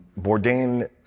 Bourdain